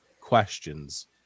questions